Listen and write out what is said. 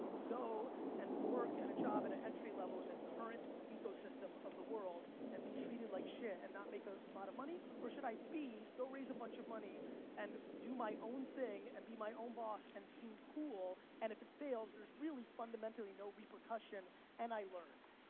go and work at a job at ah entry level in the current ecosystem of the world and be treated like shit and not make a lot of money? or should i, b, go raise a bunch of money and do my own thing and be my own boss and seem cool, and if it fails, there's really fundamentally no repercussion and i learned?